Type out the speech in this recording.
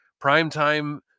primetime